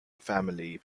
family